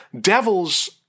Devils